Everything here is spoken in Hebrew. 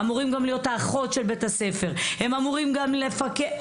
גם אחות בית הספר וגם לפקח.